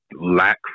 lack